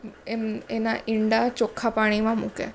એમ એના ઈંડા ચોખ્ખા પાણીમાં મૂકે